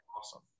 awesome